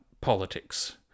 politics